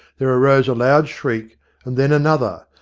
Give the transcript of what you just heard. there arose a loud shriek and then another,